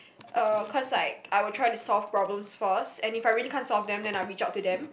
uh cause like I would try to solve problems first and if I really can't solve them then I reach out to them